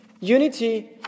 unity